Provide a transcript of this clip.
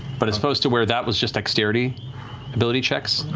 but as opposed to where that was just dexterity ability checks